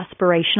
aspirational